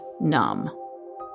numb